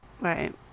Right